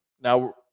Now